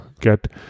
get